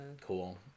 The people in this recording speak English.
Cool